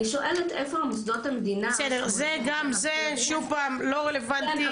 שוב פעם גם זה לא רלבנטי.